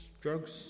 drugs